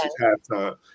halftime